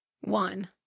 One